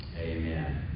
Amen